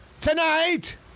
tonight